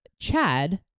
Chad